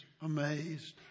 amazed